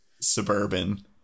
suburban